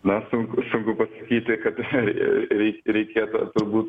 na sunku sunku pasakyti kad rei reikėtų turbūt